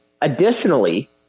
additionally